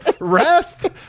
rest